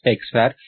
X var